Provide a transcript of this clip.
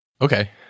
Okay